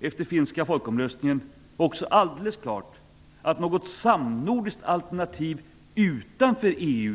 Efter den finska folkomröstningen står det alldeles klart att det inte finns något samnordiskt alternativ utanför EU.